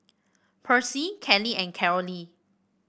Percy Cali and Carolee